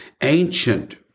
ancient